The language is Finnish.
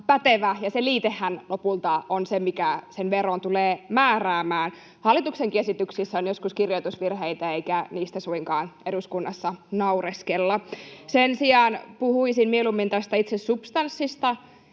ja se liitehän lopulta on se, mikä sen veron tulee määräämään. Hallituksenkin esityksissä on joskus kirjoitusvirheitä, eikä niistä suinkaan eduskunnassa naureskella. [Juho Eerola: Tämä oli laskuvirhe!] Sen sijaan puhuisin mieluummin tästä itse substanssista.